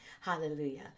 Hallelujah